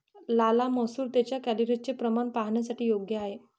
लाल मसूर त्यांच्या कॅलरीजचे प्रमाण पाहणाऱ्यांसाठी योग्य आहे